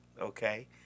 okay